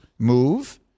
move